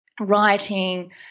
writing